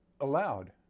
allowed